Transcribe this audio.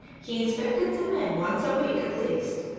he inspected the men once a week at least,